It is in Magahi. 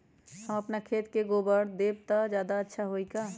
हम अपना खेत में गोबर देब त ज्यादा अच्छा होई का?